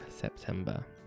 September